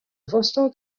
vosto